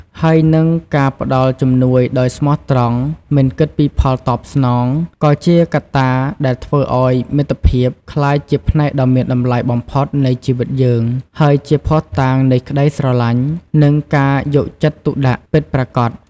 ហើយនិង ការផ្តល់ជំនួយដោយស្មោះត្រង់ មិនគិតពីផលតបស្នង ក៏ជាកត្តាដែលធ្វើឲ្យមិត្តភាពក្លាយជាផ្នែកដ៏មានតម្លៃបំផុតនៃជីវិតយើង ហើយជាភស្តុតាងនៃក្តីស្រឡាញ់ និងការយកចិត្តទុកដាក់ពិតប្រាកដ។